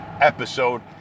episode